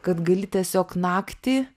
kad gali tiesiog naktį